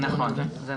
זה נכון.